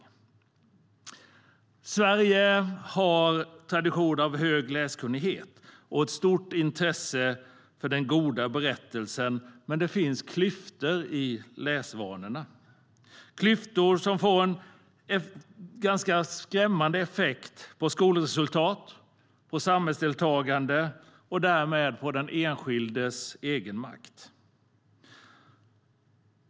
I Sverige har vi av tradition en hög läskunnighet och ett stort intresse för den goda berättelsen, men det finns klyftor i läsvanorna. Det är klyftor som får en ganska skrämmande effekt på skolresultat och samhällsdeltagande och därmed på den enskildes egenmakt.